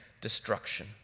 destruction